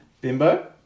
Bimbo